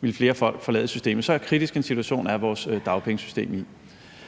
ville mange forlade systemet. Så kritisk en situation er vores dagpengesystem i.